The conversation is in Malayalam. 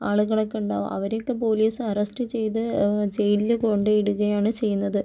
ആളുകളൊക്കെ ഉണ്ടാകും അവരെയൊക്കെ പോലീസ് അറസ്റ്റ് ചെയ്ത് ജയിലിൽ കൊണ്ട് ഇടുകയാണ് ചെയ്യുന്നത്